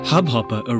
Hubhopper